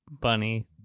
bunny